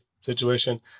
situation